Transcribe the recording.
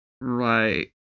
right